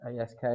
ASK